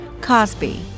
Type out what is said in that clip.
Cosby